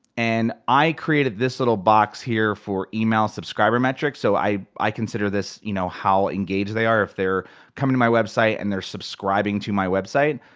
and i created this little box here for email subscriber metrics, so i i consider this you know how engaged they are. if they're coming to my website and they're subscribing to my website,